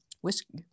whiskey